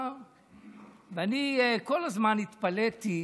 ואני כל כמה זמן התפלאתי